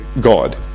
God